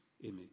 image